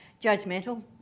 judgmental